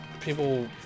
People